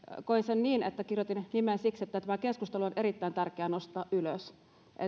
koen niin että kirjoitin nimen siksi että tämä keskustelu on erittäin tärkeä nostaa ylös